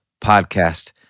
podcast